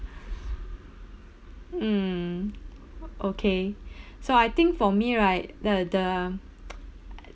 mm okay so I think for me right the the